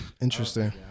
interesting